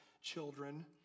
children